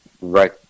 right